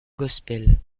gospel